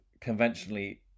conventionally